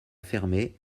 fermé